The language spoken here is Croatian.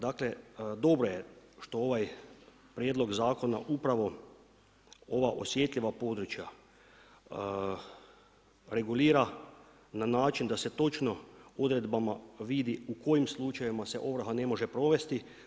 Dakle, dobro je što ovaj prijedlog Zakona upravo ova osjetljiva područja, regulira na način da se točno odredbama vidi u kojim slučajevima se ovrha ne može provesti.